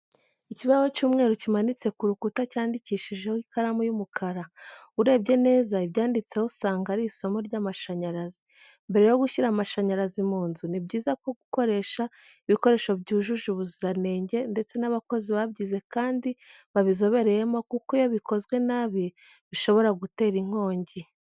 Ikibaho cy'umweru kimanitse ku rukuta cyandikishijeho ikaramu y'umukara . Urebye neza ibyanditseho usanga ari isomo ry'amashanyarazi. Mbere yo gushyira amashanyarazi mu nzu, ni byiza ko gukoresha ibikoresho byujuje ubuziranenge ndetse n'abakozi babyize kandi babizobereyemo kuko iyo bikozwe nabi bishobora gutera inkongi.